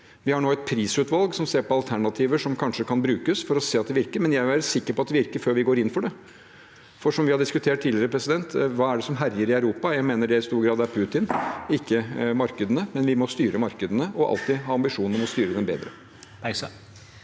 Vi har et prisutvalg som ser på alternativer som kanskje kan brukes, men jeg vil være sikker på at det virker før vi går inn for det. For som vi har diskutert tidligere: Hva er det som herjer i Europa? Jeg mener det i stor grad er Putin, ikke markedene. Men vi må styre markedene og alltid ha ambisjoner om å styre dem bedre.